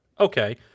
Okay